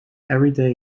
everyday